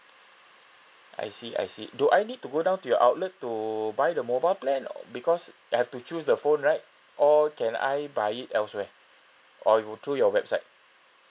I see I see do I need to go down to your outlet to buy the mobile plan because have to choose the phone right or can I buy it elsewhere or it will through your website